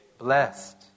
Blessed